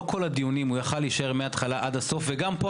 לא בכל הדיונים הוא היה יכול להישאר מהתחלה עד הסוף וגם עכשיו,